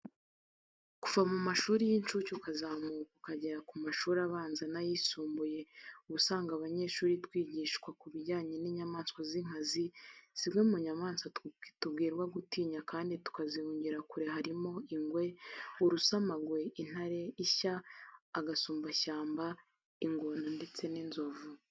Kuva mu mashuri y'incuke ukazamuka ukagera mu mashuri abanza n'ayisumbuye uba usanga abanyeshuri bigishwa ku bijyanye n'inyamaswa z'inkazi, zimwe mu nyamaswa tubwirwa gutinya kandi tukazihungira kuri harimo: ingwe, urusamagwe, intare, ishya, agasumbashamba, ingona ndetse n'inzovu.